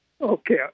Okay